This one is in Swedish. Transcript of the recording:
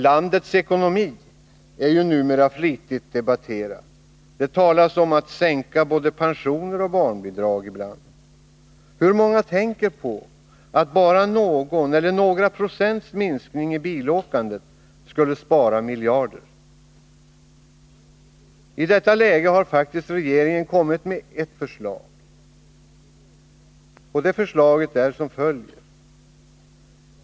Landets ekonomi är ju numera flitigt debatterad. Det talas ibland om att sänka både pensioner och barnbidrag. Hur många tänker på att bara någon eller några procents minskning i bilåkandet skulle spara miljarder? I detta läge har faktiskt regeringen kommit med ett förslag, och det förslaget är som följer.